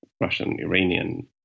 Russian-Iranian